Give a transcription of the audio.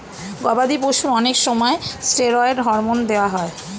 গবাদি পশুর অনেক সময় স্টেরয়েড হরমোন দেওয়া হয়